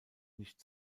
nicht